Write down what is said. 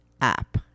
app